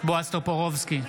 בועז טופורובסקי,